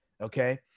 okay